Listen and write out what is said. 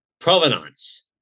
provenance